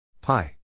pi